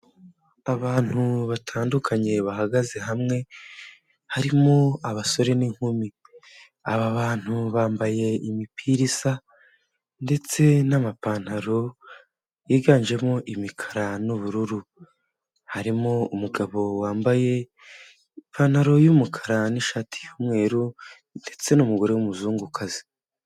Abantu batandukanye bahagaze hamwe harimo abasore n'inkumi, aba bantu bambaye imipira isa ndetse n'amapantaro yiganjemo imikara n'ubururu, harimo umugabo wambaye ipantaro y'umukara n'ishati y'umweru ndetse n'umugore w'umuzungukazi.